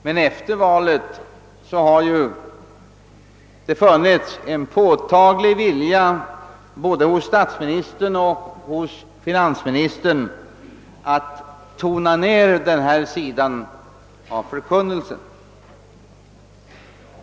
Men efter valet har det funnits en påtaglig vilja både hos statsministern och:hos finansministern att tona ned denna förkunnelse.